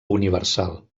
universal